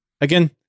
again